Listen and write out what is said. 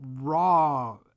raw